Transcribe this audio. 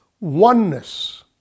oneness